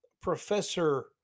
Professor